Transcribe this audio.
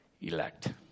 elect